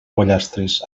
pollastres